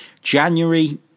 January